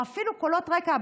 או אפילו קולות רקע.